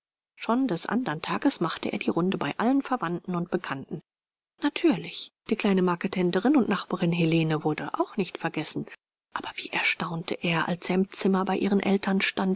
schon des andern tages machte er die runde bei allen verwandten und bekannten natürlich die kleine marketenderin und nachbarin helene wurde auch nicht vergessen aber wie erstaunte er als er im zimmer bei ihren eltern